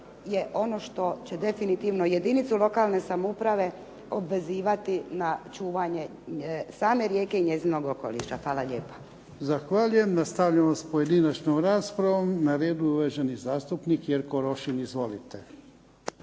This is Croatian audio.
je ono što će definitivno jedinicu lokalne samouprave obvezivati na čuvanje same rijeke i njezinog okoliša. Hvala lijepa. **Jarnjak, Ivan (HDZ)** Zahvaljujem. Nastavljamo s pojedinačnom raspravom. Na redu je uvaženi zastupnik Jerko Rošin. Izvolite.